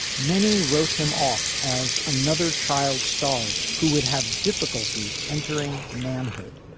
many wrote him off as another child star who would have difficulty entering manhood.